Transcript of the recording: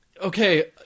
Okay